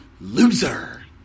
loser